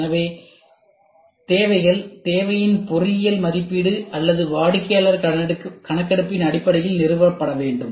எனவே இந்த தேவைகள் தேவையின் பொறியியல் மதிப்பீடு அல்லது வாடிக்கையாளர் கணக்கெடுப்பின் அடிப்படையில் நிறுவப்பட வேண்டும்